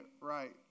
right